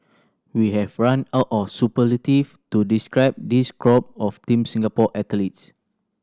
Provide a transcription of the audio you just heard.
we have run out of superlatives to describe this crop of Team Singapore athletes